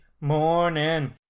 morning